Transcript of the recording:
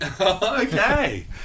okay